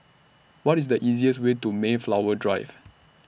What IS The easiest Way to Mayflower Drive